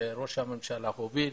שראש הממשלה הוביל